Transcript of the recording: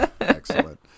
Excellent